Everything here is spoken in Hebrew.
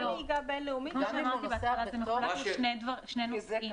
כמו שאמרתי בהתחלה, זה מחולק לשני נושאים.